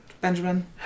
Benjamin